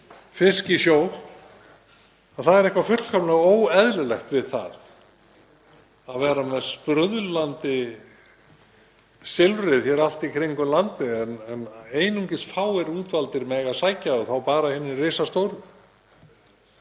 fisk í sjó og það er eitthvað fullkomlega óeðlilegt við það að vera með sprúðlandi silfrið allt í kringum landið en að einungis fáir útvaldir megi sækja það og þá bara hinir risastóru.